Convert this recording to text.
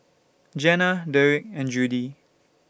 Jana Derik and Judie